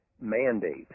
mandate